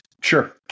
Sure